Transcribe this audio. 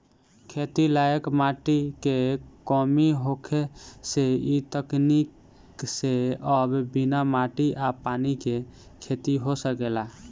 खेती लायक माटी के कमी होखे से इ तकनीक से अब बिना माटी आ पानी के खेती हो सकेला